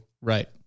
Right